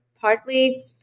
partly